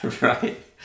Right